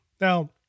Now